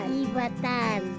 ibatan